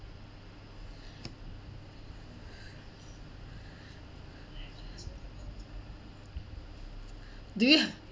do you